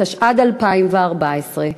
התשע"ד 2014,